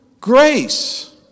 grace